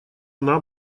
она